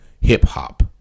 hip-hop